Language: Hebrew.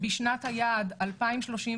בשנת 2035